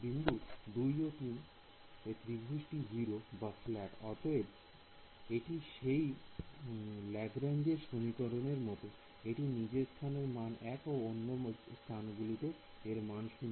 বিন্দু 2 ও 3 এ ত্রিভুজটি 0 বা ফ্ল্যাট অতএব এটি সেই ল্যাগরেঞ্জ এর সমীকরণ এর মতন এটি নিজের স্থানে এর মান 1 ও অন্য বিন্দু গুলিতে এর মান 0